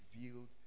revealed